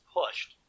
pushed